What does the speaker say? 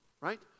Right